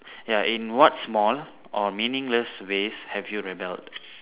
ya in what small or meaningless ways have you rebelled